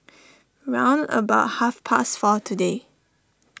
round about half past four today